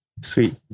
Sweet